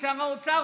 שר האוצר,